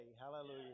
Hallelujah